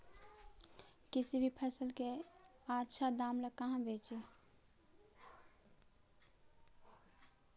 किसी भी फसल के आछा दाम ला कहा बेची?